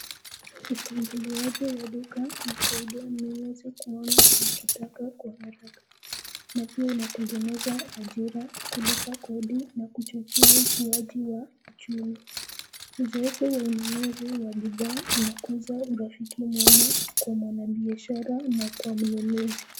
Upangiliaji wa duka unasaidia mnunuzi kuona anachotaka kwa haraka na pia unatengeneza ajira, kulipa kodi na kuchangia uchukuaji wa uchumi. Uzoefu wa ununuzi wa bidhaa na kuzaa urafiki mwema kwa mwanabiashara na kwa mnunuzi.